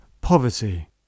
poverty